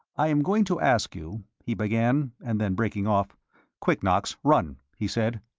i am going to ask you, he began, and then, breaking off quick, knox, run! he said.